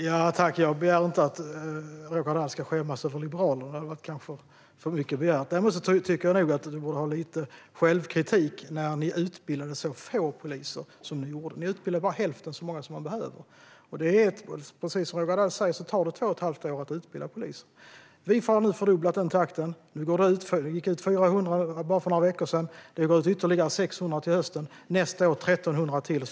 Fru talman! Jag begär inte att Roger Haddad ska skämmas över Liberalerna; det kanske vore för mycket begärt. Däremot tycker jag nog att ni borde ha lite självkritik, eftersom ni utbildade så få poliser som ni gjorde. Ni utbildade bara hälften som många som man behöver. Precis som Roger Haddad säger tar det två och ett halvt år att utbilda en polis. Vi har nu fördubblat takten. Det gick ut 400 poliser bara för några veckor sedan. Det går ut ytterligare 600 till hösten och nästa år 1 300 till.